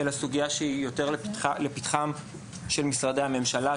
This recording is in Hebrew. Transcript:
אלא סוגיה שהיא יותר לפתחם של משרדי הממשלה,